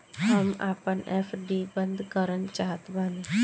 हम आपन एफ.डी बंद करना चाहत बानी